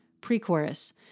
pre-chorus